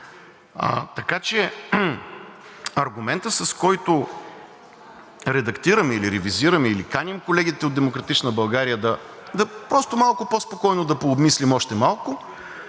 Така че аргументът, с който редактираме или ревизираме, или каним колегите от „Демократична България“ просто малко по спокойно да пообмислим още малко.